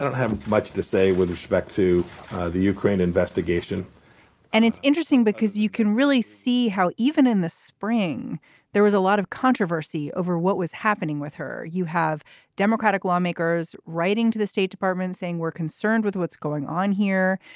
have much to say with respect to the ukraine investigation and it's interesting because you can really see how even in the spring there was a lot of controversy over what was happening with her. you have democratic lawmakers writing to the state department saying we're concerned with what's going on here.